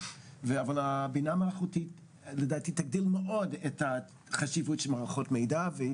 אבל הבינה המלאכותית לדעתי תגדיל מאוד את החשיבות של מערכות המידע והיא